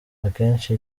akenshi